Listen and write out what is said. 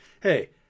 hey